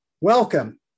Welcome